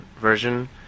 version